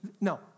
No